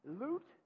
Loot